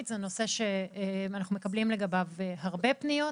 הוא נושא שאנחנו מקבלים לגביו הרבה פניות.